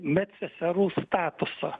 med seserų statusą